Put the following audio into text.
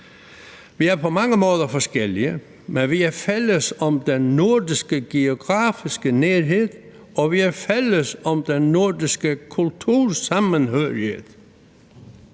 Vi er på mange måde forskellige, men vi er fælles om den nordiske geografiske nærhed, og vi er fælles om den nordiske kultursamhørighed.